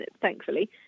thankfully